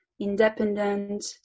independent